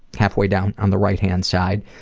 halfway down on the right hand side.